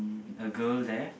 um a girl there